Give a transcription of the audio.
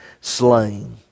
slain